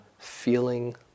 feeling